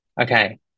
Okay